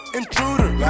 intruder